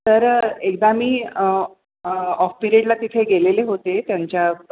तर एकदा मी ऑफ पिरियडला तिथे गेलेले होते त्यांच्या